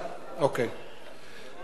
עוברים לנושא הבא